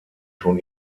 schon